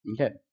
Okay